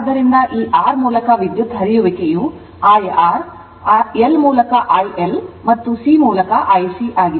ಆದ್ದರಿಂದ ಈ R ಮೂಲಕ ವಿದ್ಯುತ್ ಹರಿಯುವಿಕೆಯು IR L ಮೂಲಕ IL ಮತ್ತು C ಮೂಲಕ IC ಆಗಿದೆ